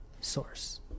source